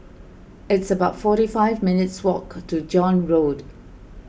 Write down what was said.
it's about forty five minutes' walk to John Road